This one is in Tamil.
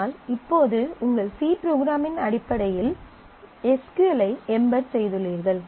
ஆனால் இப்போது உங்கள் சி ப்ரோக்ராமின் அடிப்படையில் எஸ் க்யூ எல் ஐ எம்பெட் செய்துள்ளீர்கள்